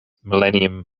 millennium